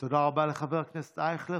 תודה רבה לחבר הכנסת אייכלר.